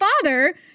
father